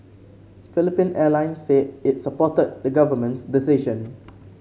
Philippine Airlines said it supported the government's decision